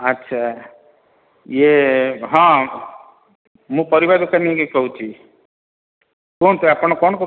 ଆଚ୍ଛା ଇଏ ହଁ ମୁଁ ପରିବା ଦୋକାନୀ କହୁଛି କୁହନ୍ତୁ ଆପଣ କ'ଣ